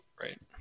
right